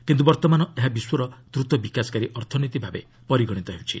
କିନ୍ତୁ ବର୍ତ୍ତମାନ ଏହା ବିଶ୍ୱର ଦ୍ରୁତ ବିକାଶକାରୀ ଅର୍ଥନୀତି ଭାବେ ପରିଗଣିତ ହେଉଛି